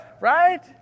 right